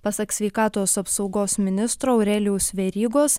pasak sveikatos apsaugos ministro aurelijaus verygos